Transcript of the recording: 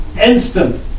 instant